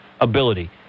ability